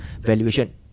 valuation